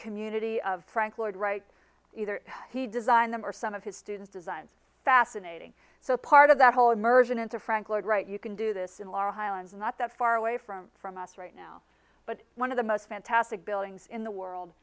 community of frank lloyd wright either he designed them or some of his student designs fascinating so part of that whole immersion into frank lloyd wright you can do this in la highlands not that far away from from us right now but one of the most fantastic buildings in the world